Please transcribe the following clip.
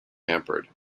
hampered